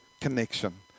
connection